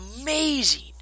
amazing